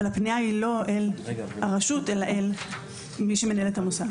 והפנייה היא לא אל הרשות אלא אל מי שמנהל את המוסד.